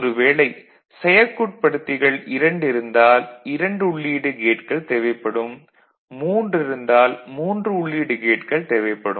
ஒரு வேளை செயற்குட்படுத்திகள் 2 இருந்தால் 2 உள்ளீடு கேட்கள் தேவைப்படும் 3 இருந்தால் 3 உள்ளீடு கேட்கள் தேவைப்படும்